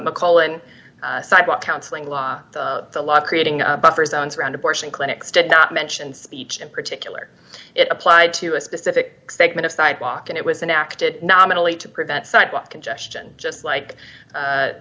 mcallen sidewalk counseling law the law creating a buffer zones around abortion clinics did not mention speech in particular it applied to a specific segment of sidewalk and it was enacted nominally to prevent sidewalk congestion just like